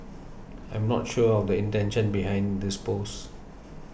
I'm not sure of the intention behind this post